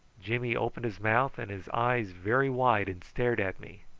jimmy opened his mouth and his eyes very wide and stared at me.